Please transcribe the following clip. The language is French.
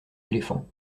éléphant